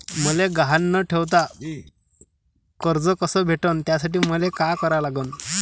मले गहान न ठेवता कर्ज कस भेटन त्यासाठी मले का करा लागन?